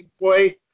Boy